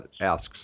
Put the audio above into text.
asks